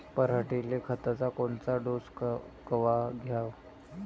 पऱ्हाटीले खताचा कोनचा डोस कवा द्याव?